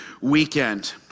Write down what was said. weekend